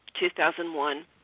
2001